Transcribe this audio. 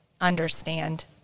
understand